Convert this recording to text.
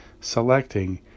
selecting